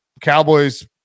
Cowboys